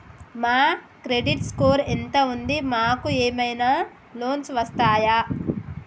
మా credit score ఎంత ఉంది? మాకు ఏమైనా లోన్స్ వస్తయా?